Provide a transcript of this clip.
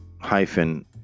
hyphen